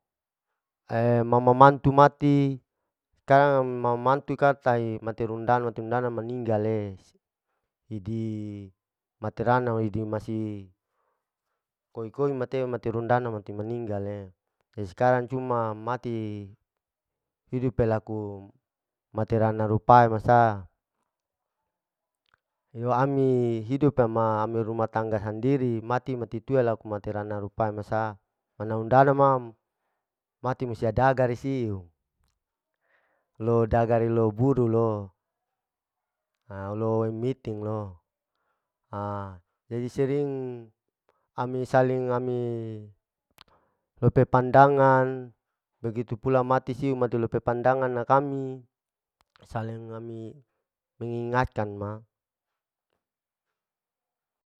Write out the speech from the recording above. mama mantu mati, skarang mama mantu kata'e mater undana, mater undana maninggal'e, hidi materana hidi masi koi-koi mater, mater undana mati maninggal'e, jadi skarang cuman mati hidupe laku materana rupae masa, iyo ami hidup ama amir rumah tangga sandiri, mati mati tui laku mater ama rupae masa, man undana ma mati usia dagar rusiu, lo dagare lo buru lo au lo miting lo yeyi sering ami saling ami pepepandangan begitu pula mati siu mati lope pandangan nakami, saling ami mengingatkan ma.